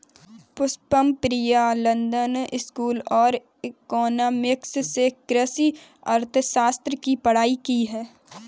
Pushpam Priya London school of economics से कृषि अर्थशास्त्र की पढ़ाई की है